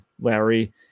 Larry